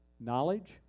knowledge